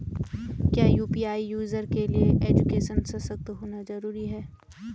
क्या UPI user के लिए एजुकेशनल सशक्त होना जरूरी है?